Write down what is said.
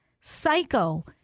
Psycho